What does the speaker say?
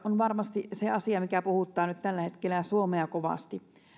on varmasti se asia mikä puhuttaa tällä hetkellä suomea kovasti